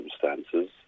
circumstances